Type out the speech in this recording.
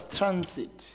transit